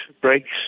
breaks